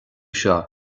seo